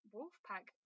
Wolfpack